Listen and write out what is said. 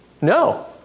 No